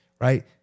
right